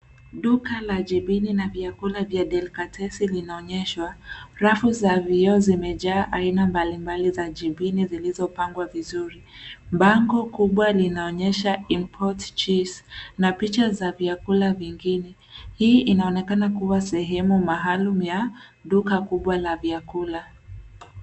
Duka la jibini na vyakula vya Del Catez linaonyeshwa. Rafu za vioo zimejaa aina mbalimbali za jibini zilizopangwa vizuri. Bango kubwa linaonyesha Import Cheese na picha za vyakula vingine. Hii inaonekana kuwa sehemu maalum ya duka kubwa la vyakula.